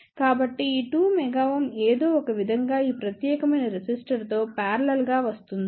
కాబట్టి ఈ 2 MΩ ఏదో ఒకవిధంగా ఈ ప్రత్యేకమైన రెసిస్టర్తో పారలెల్ గా వస్తుంది